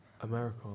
America